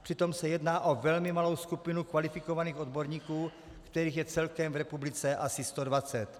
Přitom se jedná o velmi malou skupinu kvalifikovaných odborníků, kterých je celkem v republice asi 120.